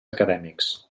acadèmics